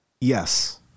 yes